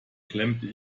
klemmte